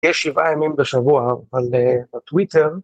יש שבעה ימים בשבוע, אבל בטוויטר...